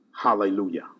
Hallelujah